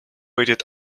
waited